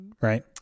right